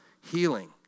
healing